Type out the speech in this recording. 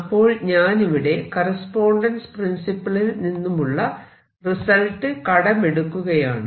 അപ്പോൾ ഞാനിവിടെ കറസ്പോണ്ടൻസ് പ്രിൻസിപ്പിളിൽ നിന്നുമുള്ള റിസൾട്ട് കടമെടുക്കുകയാണ്